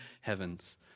heavens